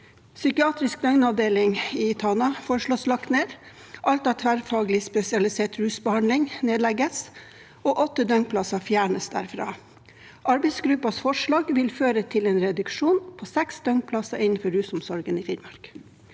Psykiatrisk døgnavdeling i Tana foreslås lagt ned. Alt av tverrfaglig spesialisert rusbehandling nedlegges, og åtte døgnplasser fjernes derfra. Arbeidsgruppens forslag vil føre til en reduksjon på seks døgnplasser innenfor rusomsorgen i Finnmark.